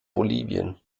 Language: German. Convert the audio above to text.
bolivien